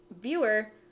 viewer